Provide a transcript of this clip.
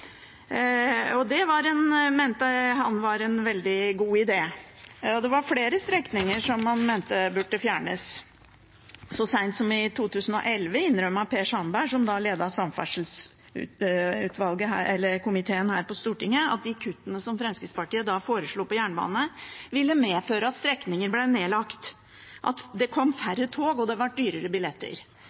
mente han var en veldig god idé, og det var flere strekninger han mente burde fjernes. Så sent som i 2011 innrømmet Per Sandberg, som tidligere har ledet transportkomiteen her på Stortinget, at de kuttene som Fremskrittspartiet da foreslo på jernbane, ville medføre at strekninger ble nedlagt, at det kom færre tog, og at det ble dyrere billetter.